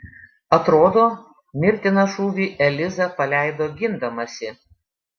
atrodo mirtiną šūvį eliza paleido gindamasi